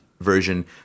version